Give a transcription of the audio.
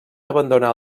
abandonar